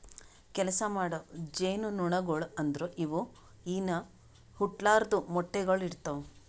ಕೆಲಸ ಮಾಡೋ ಜೇನುನೊಣಗೊಳು ಅಂದುರ್ ಇವು ಇನಾ ಹುಟ್ಲಾರ್ದು ಮೊಟ್ಟೆಗೊಳ್ ಇಡ್ತಾವ್